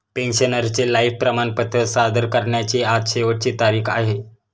पेन्शनरचे लाइफ प्रमाणपत्र सादर करण्याची आज शेवटची तारीख आहे